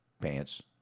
pants